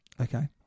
Okay